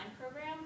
program